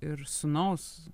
ir sūnaus